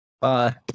Bye